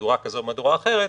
במהדורה כזאת או במהדורה אחרת,